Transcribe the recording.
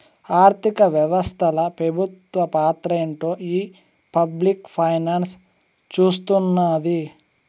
ఆర్థిక వ్యవస్తల పెబుత్వ పాత్రేంటో ఈ పబ్లిక్ ఫైనాన్స్ సూస్తున్నాది